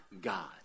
God